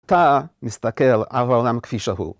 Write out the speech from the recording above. אתה מסתכל על העולם כפי שהוא.